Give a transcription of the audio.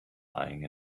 lying